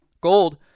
gold